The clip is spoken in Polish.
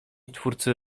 twórcy